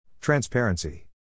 Transparency